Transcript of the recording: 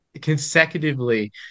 consecutively